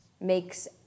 makes